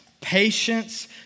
patience